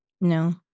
No